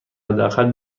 حداقل